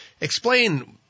explain